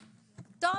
לא.